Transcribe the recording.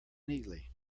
neatly